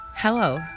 Hello